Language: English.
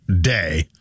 day